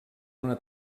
una